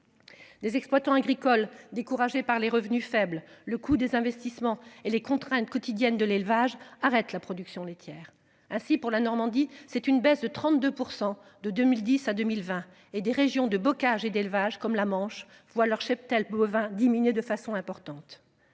Des exploitants agricoles découragés par les revenus faibles. Le coût des investissements et les contraintes quotidiennes de l'élevage arrête la production laitière ainsi pour la Normandie c'est une baisse de 32% de 2010 à 2020 et des régions de bocages et d'élevage comme la Manche voient leur cheptel bovin diminuer de façon importante.